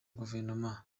guverinoma